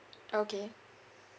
okay